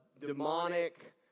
demonic